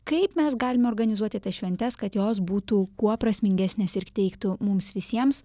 kaip mes galime organizuoti tas šventes kad jos būtų kuo prasmingesnės ir teiktų mums visiems